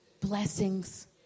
blessings